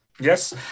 Yes